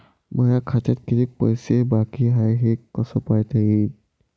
माया खात्यात कितीक पैसे बाकी हाय हे कस पायता येईन?